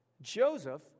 Joseph